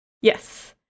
yes